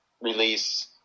release